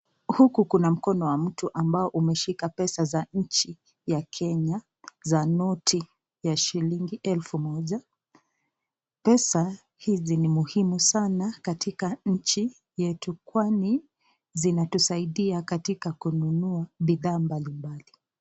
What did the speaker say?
Huku kuna mkono wa mtu ambao umeshika pesa za nchi ya Kenya, za noti ya shilingi elfu moja, pesa ni muhimusana katika nchi yetu kwani zinatusaida katika kununua bidhaa mbalimbali.